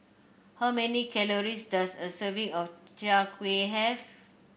how many calories does a serving of Chai Kueh have